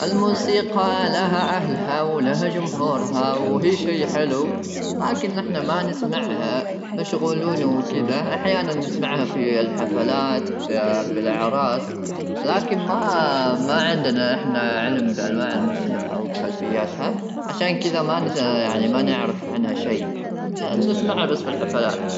الموسيقى لها اهلها ولها جمهورها وهي شيء حلو لكن نحن ما نسمعها مشغولون وكذا احيانا نسمعها في الحفلات في الاعراس لكن ما عندنا احنا علم بانواع الموسيقى او خلفياتها عشان كذا ما يعني ما نعرف عنها شيء نسمعه بس في الحفلات